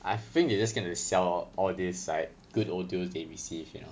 I think they're just gonna sell all these like good audios they receive you know